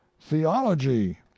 theology